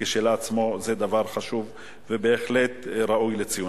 כשלעצמו זה דבר חשוב ובהחלט ראוי לציון.